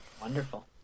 Wonderful